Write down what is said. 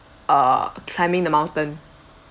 uh climbing the mountain